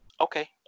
Okay